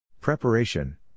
Preparation